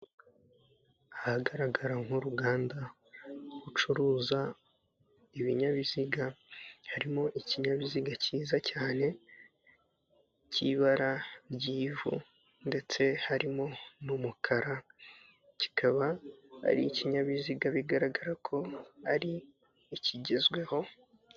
Ahagaragara nk'uruganda rucuruza ibinyabiziga, harimo ikinyabiziga cyiza cyane cy'ibara ry'ivu, ndetse harimo n'umukara, kikaba ari ikinyabiziga bigaragara ko ari ikigezweho.